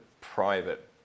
private